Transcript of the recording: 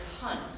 hunt